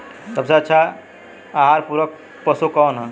सबसे अच्छा आहार पूरक पशु कौन ह?